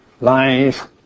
life